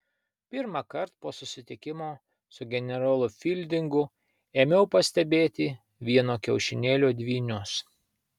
pirmąkart po susitikimo su generolu fildingu ėmiau pastebėti vieno kiaušinėlio dvynius